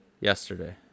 yesterday